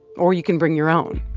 or you can bring your own